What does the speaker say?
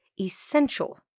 essential